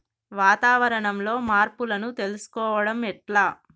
వాతావరణంలో మార్పులను తెలుసుకోవడం ఎట్ల?